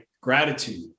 gratitude